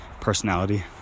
personality